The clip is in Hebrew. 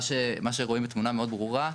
מה שרואים היא תמונה מאוד ברורה,